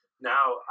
now